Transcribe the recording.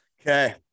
Okay